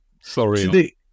sorry